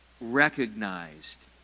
recognized